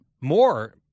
more